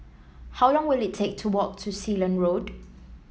how long will it take to walk to Sealand Road